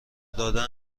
دادن